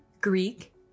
Greek